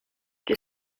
czy